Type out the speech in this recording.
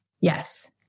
Yes